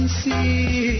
see